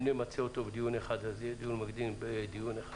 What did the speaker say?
אם נמצה אותו בדיון אחד אז יהיה דיון מקדים בדיון אחד,